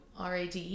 rad